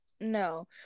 No